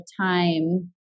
time